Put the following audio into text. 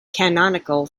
canonical